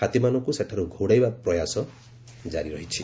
ହାତୀମାନଙ୍କୁ ସେଠାରୁ ଘଉଡାଇବା ପ୍ରୟାସ ଜାରି ରହିଛି